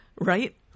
right